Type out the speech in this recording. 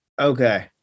Okay